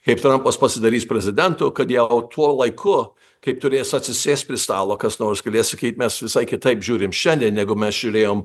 kaip trmapas pasidarys prezidentu kad jie au tuo laiku kaip turės atsisės prie stalo kas nors galės sakyt mes visai kitaip žiūrim šiandien negu mes žiūrėjom